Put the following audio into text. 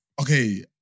okay